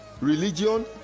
religion